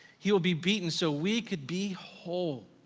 he will be beaten so we could be whole.